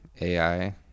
AI